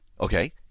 Okay